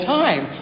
time